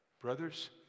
Brothers